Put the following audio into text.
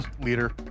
leader